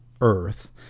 earth